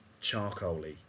charcoal-y